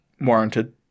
Warranted